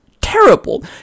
terrible